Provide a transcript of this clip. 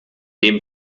dem